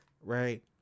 right